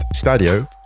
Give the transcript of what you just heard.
Stadio